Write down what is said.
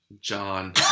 John